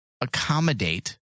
accommodate